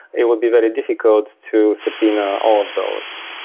it would be very difficult to subpoena all of those.